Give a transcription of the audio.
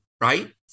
right